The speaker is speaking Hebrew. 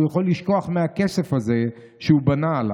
הוא יכול לשכוח מהכסף הזה שהוא בנה עליו.